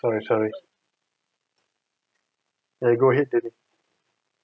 sorry sorry ya go ahead david